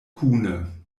kune